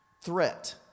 Threat